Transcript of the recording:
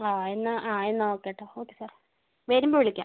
ആ എന്നാൽ ആ എന്നാൽ ഓക്കെ കേട്ടോ ഓക്കെ സർ വരുമ്പോൾ വിളിക്കാം